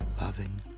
loving